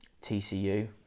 TCU